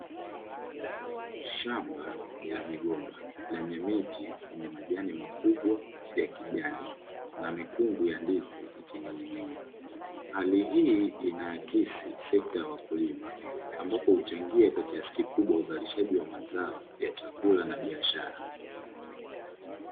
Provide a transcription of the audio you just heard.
Shamba la migomba lenye miti yenye majani makubwa ya kijani na mikungu ya ndizi ikining'inia, hali hii inaakisi sekta ya wakulima ambapo huchangia kwa kiasi kikubwa uzalishaji wa mazao ya chakula na biashara.